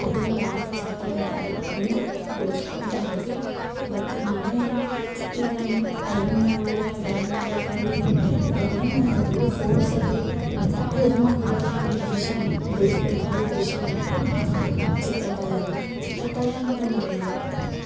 ಅದನ್ನು ಒಳ ಚಟ್ಟ ಅಂತಾರಲ್ಲ ಹಾಗೆ ಬಿಡಿಸ್ಕೊಳ್ತಾ ಹೋಗಿ ಬರುತ್ತೆ ನಾನು ಏನು ಈಗ ನನ್ಗೆ ಟೈಮು ಉಳಿಯೋಲ್ಲ ಡ್ರಾಯಿಂಗ್ ಮಾಡ್ಲಿಕ್ಕೆ ಹಾಗೆ ಹೀಗೆ ಡ್ರಾಯಿಂಗ್ ಅನ್ನೋದು ಫೋರ್ಸೆಬಲಿ ಒತ್ತಾಯದಿಂದ ಮಾಡ್ಬೇಕಾಗಿದ್ದ ವಿಷಯ ಬಿಡಿಸ್ಬೇಕಾಗಿದ್ದ ವಿಷಯ ಅಂತೂ ಚಿತ್ರಕಲೆ ಅಲ್ಲ ಚಿತ್ರಕಲೆ ಅಂತಂದ್ರೇನು ಗೊತ್ತ